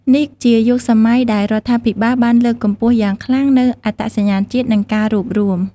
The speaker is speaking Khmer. នេះជាយុគសម័យដែលរដ្ឋាភិបាលបានលើកកម្ពស់យ៉ាងខ្លាំងនូវអត្តសញ្ញាណជាតិ និងការរួបរួម។